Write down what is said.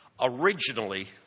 originally